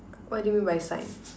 what do you mean by sign